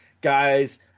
guys